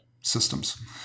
systems